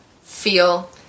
feel